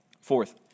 Fourth